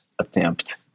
attempt